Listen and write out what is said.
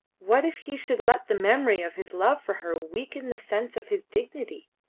what if he should let the memory of his love for her weaken the sense of his dignity?